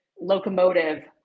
locomotive